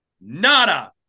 nada